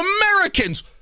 americans